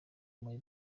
muri